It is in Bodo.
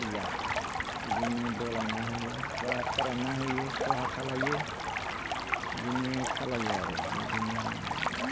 गैया बिदिनो बलायना होयो बा फोरानना होयो खहा खालायो बिदिनो खालायो आरो बिदिनो